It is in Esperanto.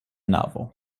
navo